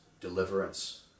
deliverance